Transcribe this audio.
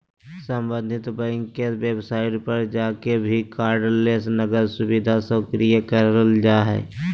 सम्बंधित बैंक के वेबसाइट पर जाके भी कार्डलेस नकद सुविधा सक्रिय करल जा हय